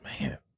Man